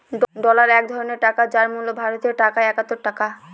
dollar এক ধরনের টাকা যার মূল্য ভারতীয় টাকায় একাত্তর টাকা